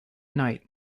night